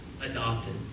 adopted